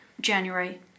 January